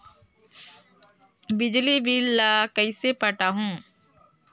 बिजली बिल ल कइसे पटाहूं?